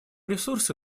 ресурсы